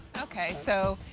ok. so,